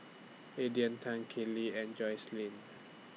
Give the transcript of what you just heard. Aedin Tan Kinley and Jocelyne